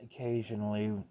occasionally